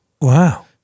Wow